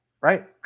Right